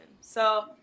So-